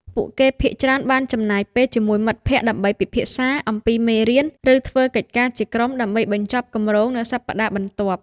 ពួកគេភាគច្រើនបានចំណាយពេលជាមួយមិត្តភក្តិដើម្បីពិភាក្សាអំពីមេរៀន ឬធ្វើកិច្ចការជាក្រុមដើម្បីបញ្ចប់គម្រោងនៅសប្តាហ៍បន្ទាប់។